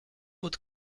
would